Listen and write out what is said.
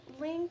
link